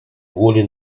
воли